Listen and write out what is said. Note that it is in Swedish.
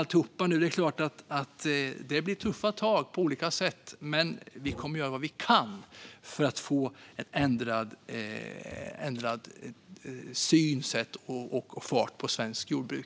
Det är klart att det blir tuffa tag på olika sätt, men vi kommer att göra vad vi kan för att få ett ändrat synsätt och för att få fart på svenskt jordbruk.